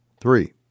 three